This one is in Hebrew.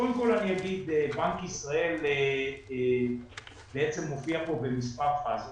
קודם כל אני אומר שבנק ישראל בעצם מופיע כאן במספר פאזות.